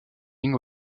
ligne